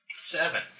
Seven